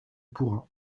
pourra